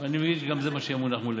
ואני מבין שזה גם מה שיהיה מונח מול